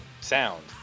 sound